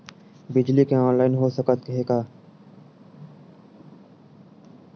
बिजली के ऑनलाइन हो सकथे का?